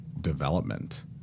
development